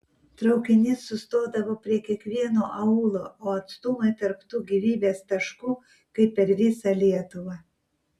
traukinys sustodavo prie kiekvieno aūlo o atstumai tarp tų gyvybės taškų kaip per visą lietuvą